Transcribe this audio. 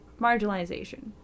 marginalization